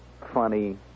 funny